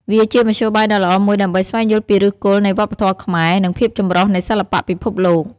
វាជាមធ្យោបាយដ៏ល្អមួយដើម្បីស្វែងយល់ពីឫសគល់នៃវប្បធម៌ខ្មែរ និងភាពចម្រុះនៃសិល្បៈពិភពលោក។